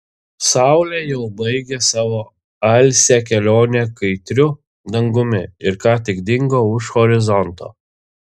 saulė jau baigė savo alsią kelionę kaitriu dangumi ir ką tik dingo už horizonto